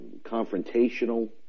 confrontational